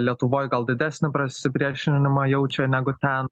lietuvoj gal didesnį supriešinimą jaučia negu ten